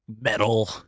metal